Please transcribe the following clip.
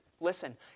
listen